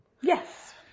Yes